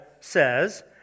says